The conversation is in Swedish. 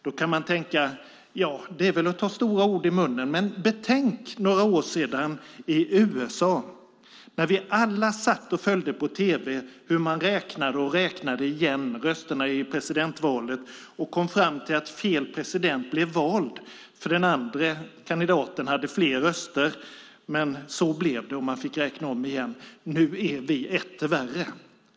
Man kan tycka att det är att ta stora ord i sin mun. Men betänk hur det var för några år sedan i USA! Vi satt alla och följde på tv hur man räknade rösterna i presidentvalet och räknade igen och kom fram till att fel president blev vald; den andre kandidaten fick fler röster. Men så blev det. Man fick räkna om igen. Nu är vi etter värre.